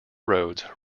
roads